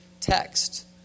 text